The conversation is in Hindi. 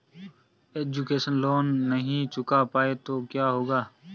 एजुकेशन लोंन नहीं चुका पाए तो क्या होगा?